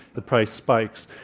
the price spikes.